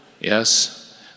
yes